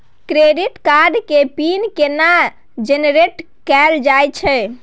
Credit card के pin केना generate कैल जाए छै?